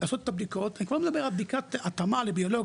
לעשות את הבדיקות אני כבר לא מדבר על בדיקת התאמה לביולוגיה,